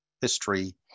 history